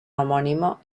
homónimo